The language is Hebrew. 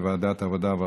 לוועדת העבודה,